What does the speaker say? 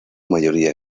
mayoría